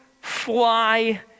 fly